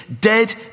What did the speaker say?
Dead